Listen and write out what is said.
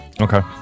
Okay